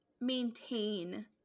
maintain